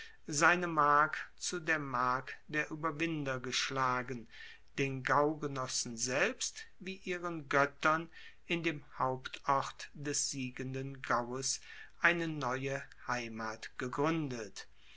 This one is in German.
seine mark zu der mark der ueberwinder geschlagen den gaugenossen selbst wie ihren goettern in dem hauptort des siegenden gaues eine neue heimat gegruendet